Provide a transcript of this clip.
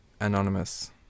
Anonymous